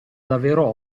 davvero